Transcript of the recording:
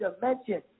dimension